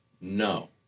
No